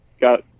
got